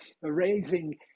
raising